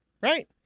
right